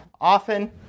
Often